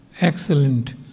excellent